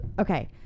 okay